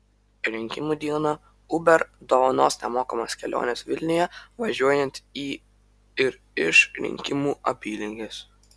rinkimų dieną uber dovanos nemokamas keliones vilniuje važiuojant į ir iš rinkimų apylinkės